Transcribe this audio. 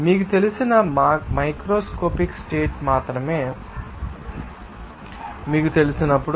మీకు తెలిసిన macroscopic states మాత్రమే మీకు తెలిసినప్పుడు